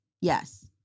yes